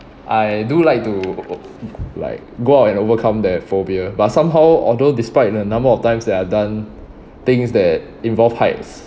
I do like to like go out and overcome that phobia but somehow although despite the number of times that I've done things that involve heights